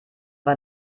bei